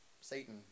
Satan